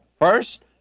first